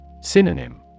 Synonym